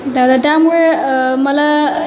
दादा त्यामुळे मला